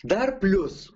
dar plius